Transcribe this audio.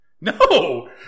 No